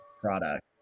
product